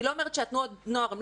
אני לא אומרת שתנועות הנוער לא,